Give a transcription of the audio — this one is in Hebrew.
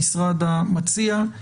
המשרד המציע.